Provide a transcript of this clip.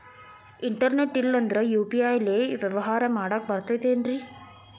Internet ಇಲ್ಲಂದ್ರ UPI ಲೇ ವ್ಯವಹಾರ ಮಾಡಾಕ ಬರತೈತೇನ್ರೇ?